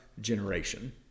generation